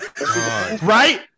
right